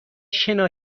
شنا